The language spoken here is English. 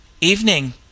Evening